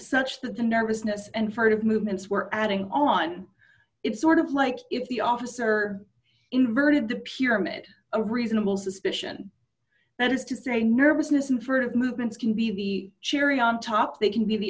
that the nervousness and furtive movements were adding on it's sort of like if the officer inverted the pyramid a reasonable suspicion that is to say nervousness and for movements can be the cherry on top they can be the